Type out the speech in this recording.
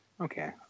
okay